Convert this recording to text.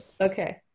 Okay